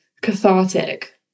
cathartic